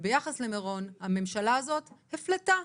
וביחס למירון הממשלה הזאת הפלתה.